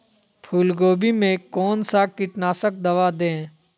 फूलगोभी में कौन सा कीटनाशक दवा दे?